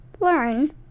learn